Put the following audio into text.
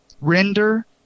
render